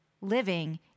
living